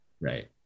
right